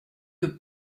que